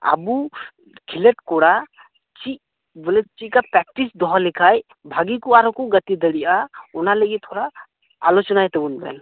ᱟᱵᱚ ᱠᱷᱮᱞᱳᱰ ᱠᱚᱲᱟ ᱪᱮ ᱪᱮᱫ ᱠᱚ ᱯᱨᱮᱠᱴᱤᱥ ᱫᱚᱦᱚ ᱞᱮᱠᱷᱟᱡ ᱵᱷᱟᱜᱮ ᱵᱚᱞ ᱠᱚ ᱜᱟᱛᱮ ᱫᱟᱲᱮᱭᱟᱜᱼᱟ ᱚᱱᱟ ᱞᱟᱹᱜᱤᱫ ᱛᱷᱚᱲᱟ ᱟᱞᱳᱪᱚᱱᱟᱭ ᱛᱟᱵᱳᱱ ᱵᱮᱱ